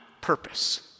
purpose